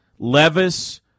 Levis